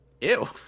Ew